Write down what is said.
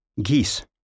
Geese